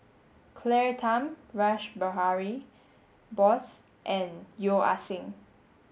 Claire Tham Rash Behari Bose and Yeo Ah Seng